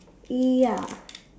ya